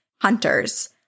hunters